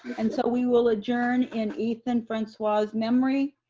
and so we will adjourn in ethan francois memory.